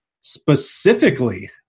specifically